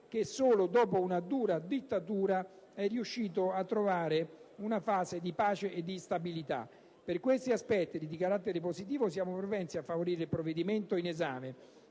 quale solo dopo una dura dittatura è riuscito a trovare una fase di pace e di stabilità. Per questi aspetti di carattere positivo, siamo propensi a favorire il provvedimento in esame